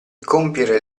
compiere